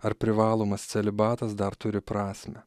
ar privalomas celibatas dar turi prasmę